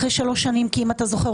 אחרי שלוש שנים כי אם אתה זוכר,